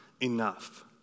enough